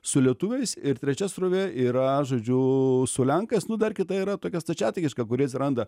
su lietuviais ir trečia srovė yra žodžiu su lenkais nu dar kita yra tokia stačiatikiška kuri atsiranda